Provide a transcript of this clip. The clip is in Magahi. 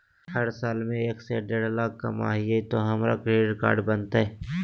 हम साल में एक से देढ लाख कमा हिये तो हमरा क्रेडिट कार्ड बनते?